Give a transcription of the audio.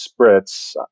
Spritz